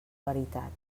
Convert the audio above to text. veritat